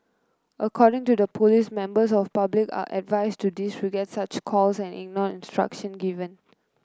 according to the police members of public are advised to disregard such calls and ignore the instruction given